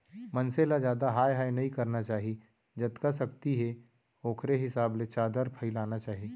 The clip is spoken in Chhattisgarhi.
मनसे ल जादा हाय हाय नइ करना चाही जतका सक्ति हे ओखरे हिसाब ले चादर फइलाना चाही